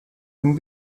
can